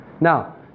Now